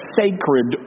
sacred